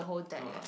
no lah